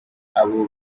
abo